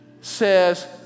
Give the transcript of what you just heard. says